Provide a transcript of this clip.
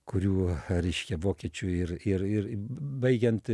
kuriuo reikšia vokiečių ir ir ir baigiant